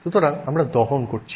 সুতরাং আমরা দহন করছি